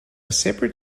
separate